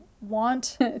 want